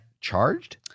charged